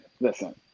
listen